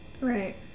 Right